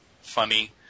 funny